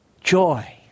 joy